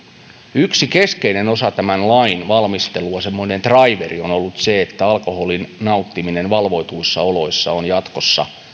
yksi keskeinen osa tämän lain valmistelua semmoinen draiveri on ollut se että alkoholin nauttiminen valvotuissa oloissa on jatkossa